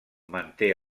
manté